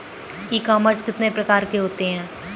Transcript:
ई commerce कितने प्रकार के होते हैं?